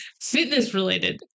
fitness-related